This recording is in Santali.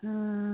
ᱚᱻ